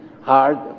hard